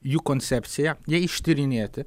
jų koncepciją ją ištyrinėti